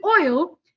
oil